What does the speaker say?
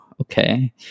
okay